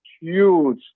huge